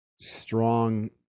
strong